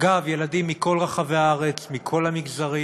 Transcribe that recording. אגב, ילדים מכל רחבי הארץ, מכל המגזרים.